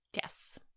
Yes